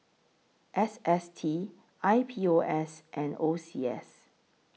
S S T I P O S and O C S